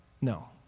no